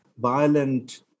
violent